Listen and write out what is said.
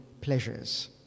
pleasures